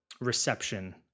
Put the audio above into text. reception